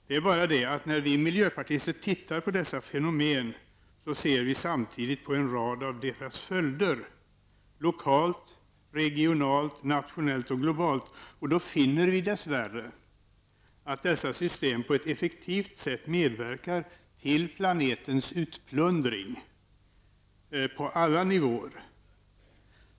Det är bara det att när vi miljöpartister tittar på dessa fenomen ser vi samtidigt en rad av deras följder -- lokalt, regionalt, nationellt och globalt -- och finner dess värre att dessa på ett effektivt sätt medverkar till planetens utplundring på alla nivåer.